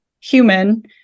human